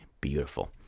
beautiful